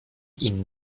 ihn